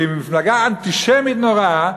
שהיא מפלגה אנטישמית נוראה.